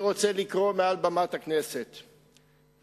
אני רוצה לקרוא מעל במת הכנסת לך,